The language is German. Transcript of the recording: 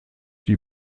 die